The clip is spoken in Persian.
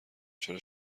چرا